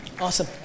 awesome